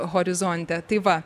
horizonte tai va